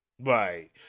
Right